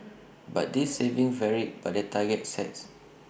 but this saving varied by the targets sets